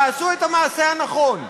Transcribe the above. תעשו את המעשה הנכון.